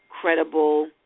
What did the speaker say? credible